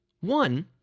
One